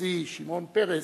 הנשיא שמעון פרס,